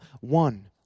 one